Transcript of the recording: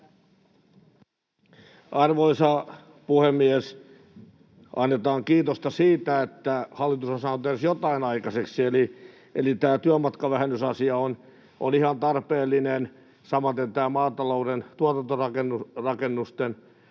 Arvoisa puhemies! Annetaan kiitosta siitä, että hallitus on saanut edes jotain aikaiseksi: tämä työmatkavähennysasia on ihan tarpeellinen, samaten tämä maatalouden tuotantorakennusten